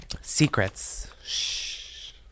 Secrets